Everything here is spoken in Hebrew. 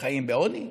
חיים בעוני?